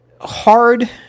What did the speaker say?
hard